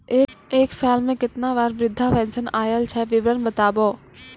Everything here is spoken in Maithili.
एक साल मे केतना बार वृद्धा पेंशन आयल छै विवरन बताबू?